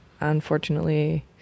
unfortunately